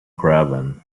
craven